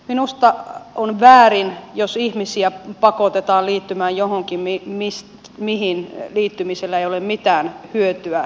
minusta on väärin jos ihmisiä pakotetaan liittymään johonkin mihin liittymisestä ei ole mitään hyötyä heille